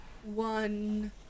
one